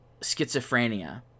schizophrenia